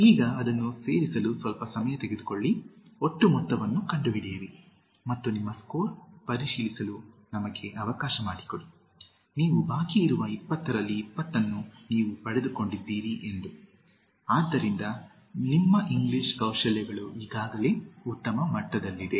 ಈಗ ಅದನ್ನು ಸೇರಿಸಲು ಸ್ವಲ್ಪ ಸಮಯ ತೆಗೆದುಕೊಳ್ಳಿ ಒಟ್ಟು ಮೊತ್ತವನ್ನು ಕಂಡುಹಿಡಿಯಿರಿ ಮತ್ತು ನಿಮ್ಮ ಸ್ಕೋರ್ ಪರಿಶೀಲಿಸಲು ನಮಗೆ ಅವಕಾಶ ಮಾಡಿಕೊಡಿ ನೀವು ಬಾಕಿ ಇರುವ 20 ರಲ್ಲಿ 20 ಅನ್ನು ನೀವು ಪಡೆದುಕೊಂಡಿದ್ದೀರಿ ಎಂದು ಆದ್ದರಿಂದ ನಿಮ್ಮ ಇಂಗ್ಲಿಷ್ ಕೌಶಲ್ಯಗಳು ಈಗಾಗಲೇ ಉತ್ತಮ ಮಟ್ಟದಲ್ಲಿದೆ